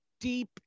deep